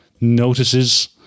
notices